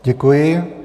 Děkuji.